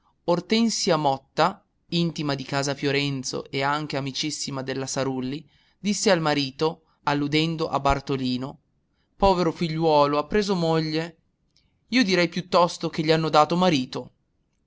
ortensia motta intima di casa fiorenzo e anche amicissima della sarulli disse al marito alludendo a bartolino povero figliuolo ha preso moglie io direi piuttosto che gli hanno dato marito